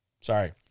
Sorry